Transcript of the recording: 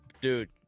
dude